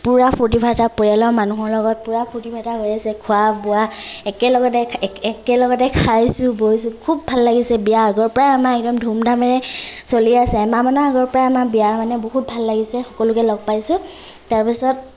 পূৰা ফূৰ্তি ফাৰ্তা পৰিয়ালৰ মানুহৰ লগত পূৰা ফূৰ্তি ফাৰ্তা হৈ আছে খোৱা বোৱা একেলগতে একে একেলগতে খাইছোঁ বইছোঁ খুব ভাল লাগিছে বিয়াৰ আগৰ পৰাই আমাৰ একদম ধুম ধামেৰে চলিয়ে আছে এমাহমানৰ আগৰ পৰাই আমাৰ বিয়া মানে বহুত ভাল লাগিছে সকলোকে লগ পাইছোঁ তাৰ পাছত